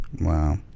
Wow